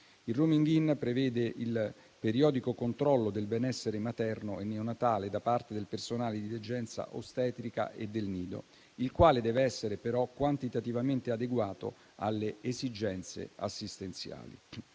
Il *rooming in* prevede il periodico controllo del benessere materno e neonatale da parte del personale di degenza ostetrica e del nido, il quale deve essere però quantitativamente adeguato alle esigenze assistenziali.